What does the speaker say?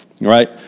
right